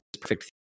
perfect